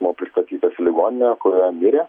buvo pristatytas į ligoninę kurioje mirė